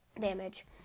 damage